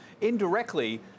indirectly